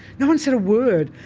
no one said a word.